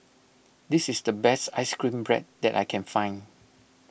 this is the best Ice Cream Bread that I can find